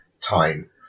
time